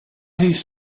his